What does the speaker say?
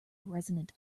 resonant